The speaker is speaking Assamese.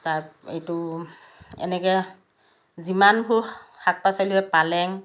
তাত এইটো এনেকৈ যিমানবোৰ শাক পাচলি পালেং